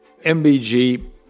MBG